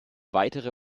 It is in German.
weitere